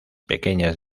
pequeñas